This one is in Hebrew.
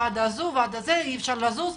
הוועדה הזו והוועדה הזו ואי אפשר לזוז,